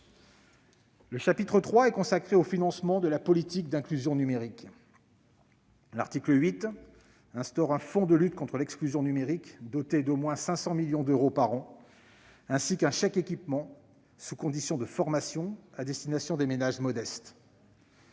Le chapitre III est consacré au financement de la politique d'inclusion numérique. L'article 8 instaure un fonds de lutte contre l'exclusion numérique, doté d'au moins 500 millions d'euros par an, ainsi qu'un chèque-équipement, sous condition de formation, à destination des ménages modestes.